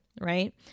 right